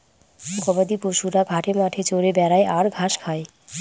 গবাদি পশুরা ঘাটে মাঠে চরে বেড়ায় আর ঘাস খায়